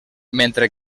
mentre